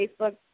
Facebook